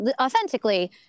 authentically